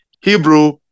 Hebrew